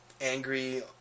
angry